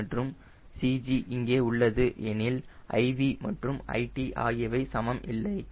c மற்றும் CG இங்கே உள்ளது எனில் lv மற்றும் lt ஆகியவை சமம் இல்லை